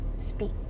speak